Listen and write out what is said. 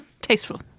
Tasteful